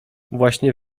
właśnie